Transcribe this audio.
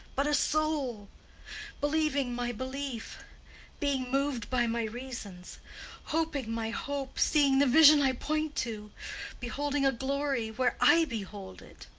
but a soul believing my belief being moved by my reasons hoping my hope seeing the vision i point to beholding a glory where i behold it!